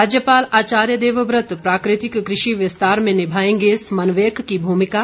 राज्यपाल आचार्य देवव्रत प्राकृतिक कृषि विस्तार में निभाएंगे समन्वयक की भूमिका